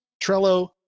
Trello